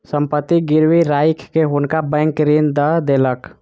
संपत्ति गिरवी राइख के हुनका बैंक ऋण दय देलक